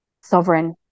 sovereign